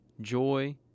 joy